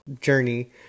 journey